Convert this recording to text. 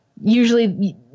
usually